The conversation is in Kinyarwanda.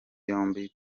yombi